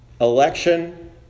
Election